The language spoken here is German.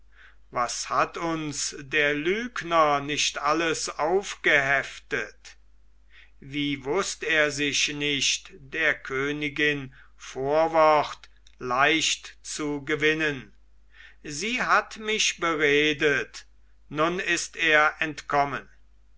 was hat uns der lügner nicht alles aufgeheftet wie wußt er sich nicht der königin vorwort leicht zu gewinnen sie hat mich beredet nun ist er entkommen